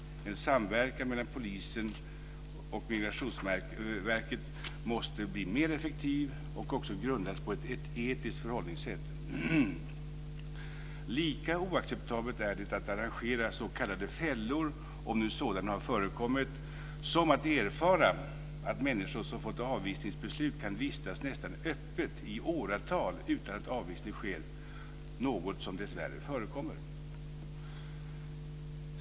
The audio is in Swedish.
En samverkan mellan polisen och Migrationsverket måste bli mer effektiv och också grundas på ett etiskt förhållningssätt. Lika oacceptabelt är det att arrangera s.k. fällor - om nu sådana har förekommit - som att erfara att människor som har fått ett avvisningsbeslut kan vistas nästan öppet i åratal utan att avvisning sker, något som dessvärre förekommer.